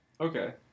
Okay